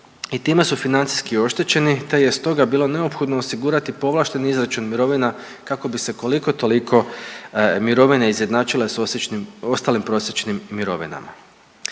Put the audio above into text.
i time su financijski oštećeni, te je stoga bilo neophodno osigurati povlašteni izračun mirovina kako bi se koliko toliko mirovine izjednačile s ostalim prosječnim mirovinama.